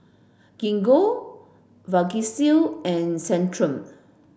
Gingko Vagisil and Centrum